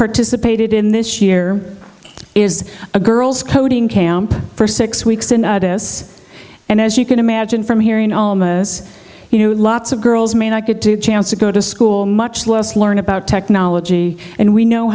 participated in this year is a girls coding camp for six weeks in this and as you can imagine from hearing omas you know lots of girls may not get to chance to go to school much less learn about technology and we know